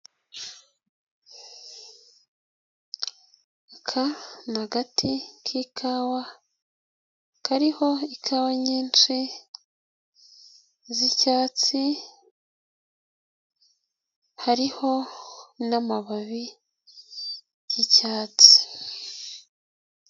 Aka ni agati k'ikawa kariho ikawa nyinshi z'icyatsi, hariho n'amababi y'icyatsi.